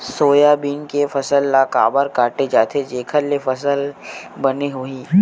Soybean के फसल ल काबर काटे जाथे जेखर ले फसल बने होही?